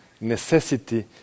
necessity